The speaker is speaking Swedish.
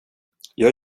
jag